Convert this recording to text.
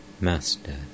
Master